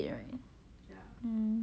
for now is rich lah